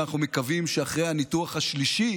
ואנחנו מקווים שאחרי הניתוח השלישי